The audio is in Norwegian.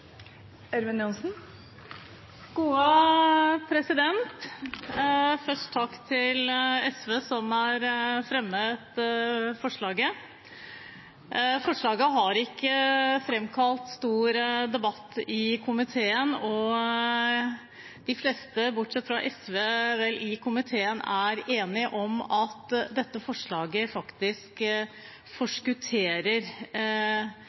har fremmet forslaget. Forslaget har ikke framkalt stor debatt i komiteen, og de fleste i komiteen – bortsett fra SV – er enige om at forslaget